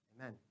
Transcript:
amen